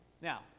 Now